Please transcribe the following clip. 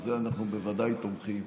ובזה אנחנו בוודאי תומכים,